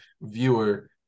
viewer